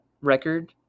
record